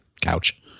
couch